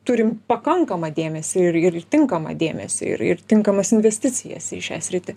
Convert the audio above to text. turim pakankamą dėmesį ir ir tinkamą dėmesį ir ir tinkamas investicijas į šią sritį